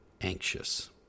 anxious